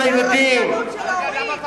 בגלל רשלנות של ההורים?